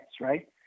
right